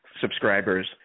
subscribers